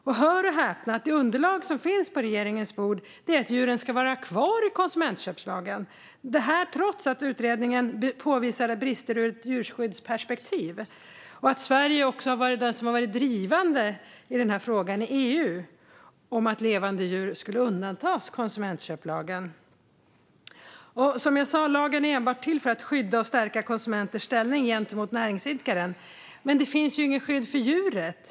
Men hör och häpna: Underlaget som finns på regeringens bord säger att djuren ska vara kvar i konsumentköplagen, detta trots att utredningen påvisade brister ur ett djurskyddsperspektiv och att Sverige också har varit drivande i EU om frågan att levande djur skulle undantas konsumentköplagen. Som jag sa: Lagen är enbart till för att skydda och stärka konsumenters ställning gentemot näringsidkaren. Men det finns inget skydd för djuret.